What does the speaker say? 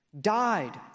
died